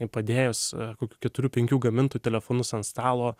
padėjus kokių keturių penkių gamintojų telefonus ant stalo